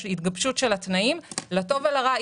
יש התגבשות של התנאים לטוב ולרע,